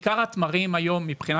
עיקר התמרים נמצא